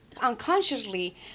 unconsciously